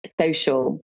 social